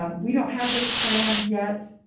um we don't have this planned yet,